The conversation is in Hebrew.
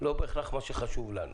לא בהכרח מה שחשוב לנו.